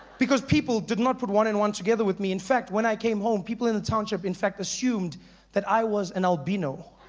because people did not put one and one together with me in fact, when i came home people in the township in fact assumed that i was an albino.